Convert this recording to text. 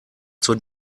zur